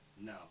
No